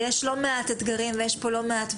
יש לא מעט אתגרים וויכוחים.